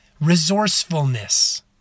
resourcefulness